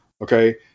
Okay